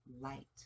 light